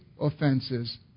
offenses